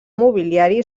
mobiliari